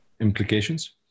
implications